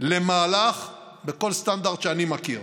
למהלך בכל סטנדרט שאני מכיר.